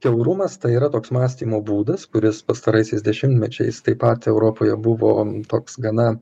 kiaurumas tai yra toks mąstymo būdas kuris pastaraisiais dešimtmečiais taip pat europoje buvo toks gana